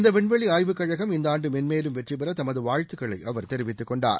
இந்த விண்வெளி ஆய்வுக் கழகம் இந்த ஆண்டு மென்மேலும் வெற்றி பெற தமது வாழ்த்துக்களை அவர் தெரிவித்துக் கொண்டார்